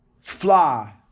fly